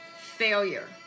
failure